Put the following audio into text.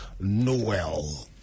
Noel